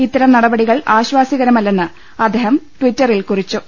ഇത്തരം നടപ്പടികൾ ആശ്വാസ്യകരമല്ലെന്ന് അദ്ദേഹം ട്വിറ്ററിൽ കുറിച്ചു